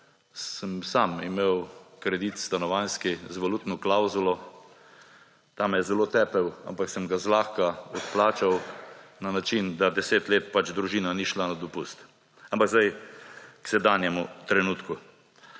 sem sam imel kredit, stanovanjski, z valutno klavzulo, ta me je zelo tepel, ampak sem ga zlahka odplačal na način, da 10 let družina ni šla na dopust. Ampak zdaj k sedanjemu trenutku.